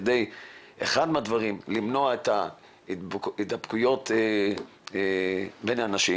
אחד מהדברים הוא כדי למנוע את ההידבקויות בין האנשים